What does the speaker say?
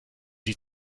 die